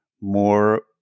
more